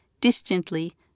Distantly